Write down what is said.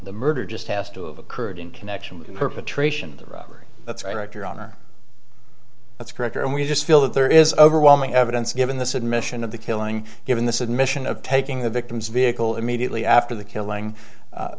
the murder just has to have occurred in connection with perpetration robbery that's right your honor that's correct and we just feel that there is overwhelming evidence given this admission of the killing given this admission of taking the victim's vehicle immediately after the killing